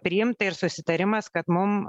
priimta ir susitarimas kad mum